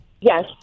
yes